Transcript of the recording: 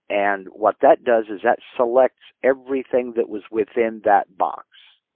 and what that does is that selects everything that was within that box.